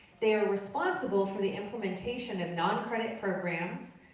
they are responsible for the implementation of non-credit programs,